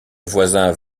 voisin